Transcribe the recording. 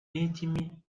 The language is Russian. этими